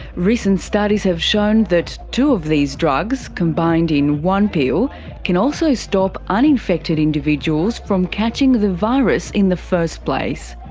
recent studies have shown that two of these drugs combined in one pill can also stop uninfected individuals from catching the virus in the first place.